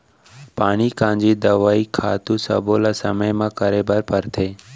पानी कांजी, दवई, खातू सब्बो ल समे म करे बर परथे